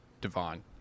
divine